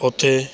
ਉੱਥੇ